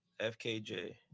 FKJ